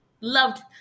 Loved